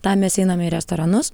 tam mes einame į restoranus